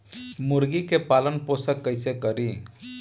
मुर्गी के पालन पोषण कैसे करी?